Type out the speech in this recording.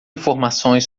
informações